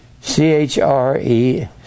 C-H-R-E